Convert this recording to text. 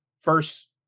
first